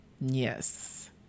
Yes